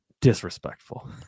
Disrespectful